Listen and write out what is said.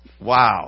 Wow